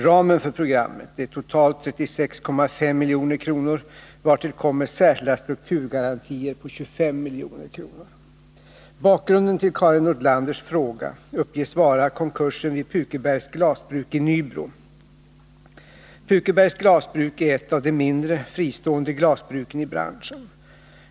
Ramen för programmet är totalt 36,5 milj.kr., vartill kommer särskilda strukturgarantier på 25 milj.kr. Bakgrunden till Karin Nordlanders fråga uppges vara konkursen vid Pukebergs Glasbruk i Nybro. Pukebergs Glasbruk är ett av de mindre, fristående glasbruken i branschen.